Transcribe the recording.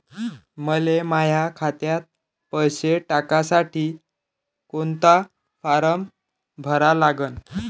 मले माह्या खात्यात पैसे टाकासाठी कोंता फारम भरा लागन?